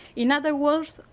in other words,